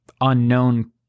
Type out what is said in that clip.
unknown